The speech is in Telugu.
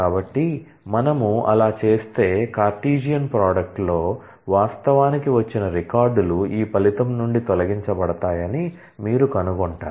కాబట్టి మనము అలా చేస్తే కార్టెసియన్ ప్రోడక్ట్ లో వాస్తవానికి వచ్చిన రికార్డులు ఈ ఫలితం నుండి తొలగించబడతాయని మీరు కనుగొంటారు